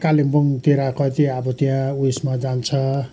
कालिम्पोङतिर कति अब त्यहाँ उयसमा जान्छ